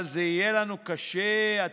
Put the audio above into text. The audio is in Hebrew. אבל זה יהיה לנו קשה מאוד.